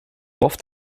oft